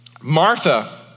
Martha